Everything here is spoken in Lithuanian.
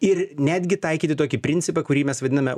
ir netgi taikyti tokį principą kurį mes vadiname